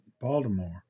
Baltimore